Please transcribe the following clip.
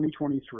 2023